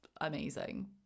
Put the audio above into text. amazing